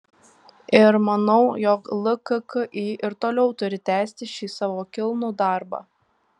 ir manau jog lkki ir toliau turi tęsti šį savo kilnų darbą